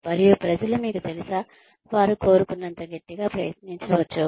మరియు ప్రజలు మీకు తెలుసా వారు కోరుకున్నంత గట్టిగా ప్రయత్నించవచ్చు